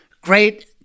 great